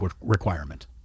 requirement